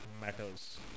matters